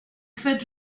faite